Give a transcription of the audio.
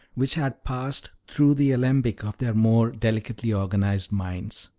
which had passed through the alembic of their more delicately organized minds.